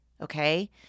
Okay